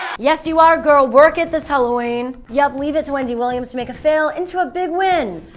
yes you are a girl! work it this halloween. yup. leave it to wendy williams to make a fail into a big win.